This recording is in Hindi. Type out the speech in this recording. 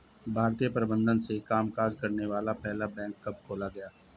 भारतीय प्रबंधन से कामकाज करने वाला पहला बैंक कब खोला गया?